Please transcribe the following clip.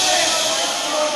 בגלל הצביעות שלכם.